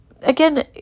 again